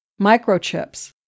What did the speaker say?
microchips